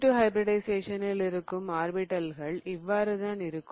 sp2 ஹைபிரிடிஷயேசனில் இருக்கும் ஆர்பிடல்கள் இவ்வாறுதான் இருக்கும்